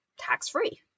tax-free